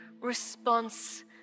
response